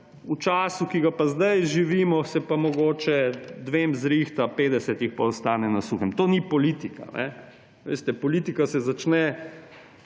v času, ki ga pa zdaj živimo, se pa mogoče dvema zrihta, 50 jih pa ostane na suhem. To ni politika. Veste, politika se začne,